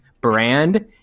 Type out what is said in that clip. brand